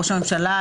ראש הממשלה,